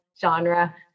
genre